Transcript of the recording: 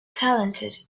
talented